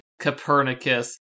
Copernicus